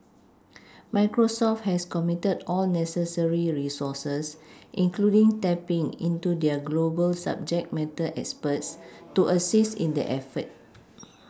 Microsoft has committed all necessary resources including tapPing into their global subject matter experts to assist in the effort